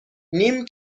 نیم